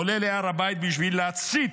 עולה להר הבית בשביל להצית,